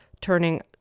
turning